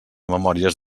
memòries